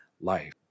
life